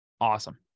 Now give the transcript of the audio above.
awesome